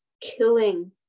killing